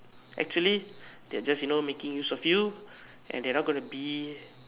actually they are just you know making use of you and they are not going to be